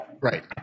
right